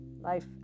life